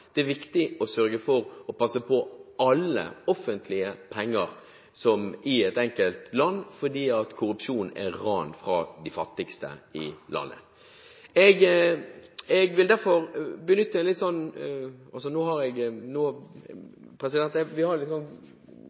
Det er viktig å passe på og sørge for alle offentlige penger, som i et enkelt land, fordi korrupsjon er ran fra de fattigste i landet. Jeg har jo ordentlig tid her, så jeg